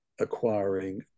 acquiring